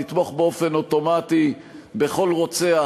לתמוך באופן אוטומטי בכל רוצח,